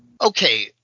Okay